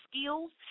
skills